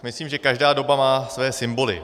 Myslím, že každá doba má své symboly.